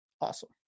awesome